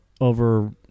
over